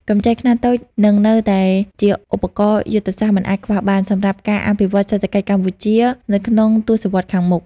កម្ចីខ្នាតតូចនឹងនៅតែជាឧបករណ៍យុទ្ធសាស្ត្រមិនអាចខ្វះបាន សម្រាប់ការអភិវឌ្ឍសេដ្ឋកិច្ចកម្ពុជានៅក្នុងទសវត្សរ៍ខាងមុខ។